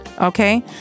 Okay